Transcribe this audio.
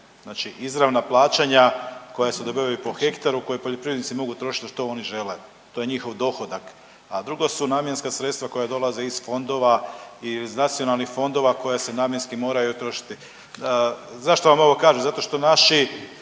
znači izravna plaćanja koja se dobivaju po hektaru koje poljoprivrednici mogu trošiti na što oni žele. To je njihov dohodak, a drugo su namjenska sredstva koja dolaze iz fondova, iz nacionalnih fondova koja se namjenski moraju trošiti. Zašto vam ovo kažem? Zato što naši